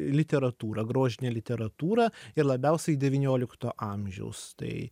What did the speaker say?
literatūrą grožinę literatūrą ir labiausiai devyniolikto amžiaus tai